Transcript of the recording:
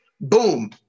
Boom